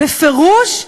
בפירוש,